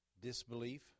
disbelief